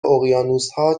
اقیانوسها